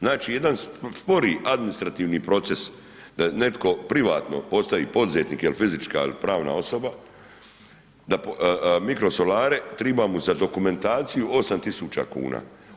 Znači jedan spori administrativni proces, da netko privatno postavi poduzetnike ili fizička ili pravna osoba, mikrosolare, treba mu za dokumentaciju 8000 kuna.